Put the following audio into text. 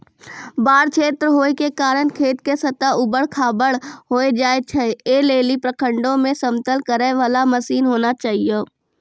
बाढ़ क्षेत्र होय के कारण खेत के सतह ऊबड़ खाबड़ होय जाए छैय, ऐ लेली प्रखंडों मे समतल करे वाला मसीन होना चाहिए?